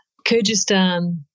Kyrgyzstan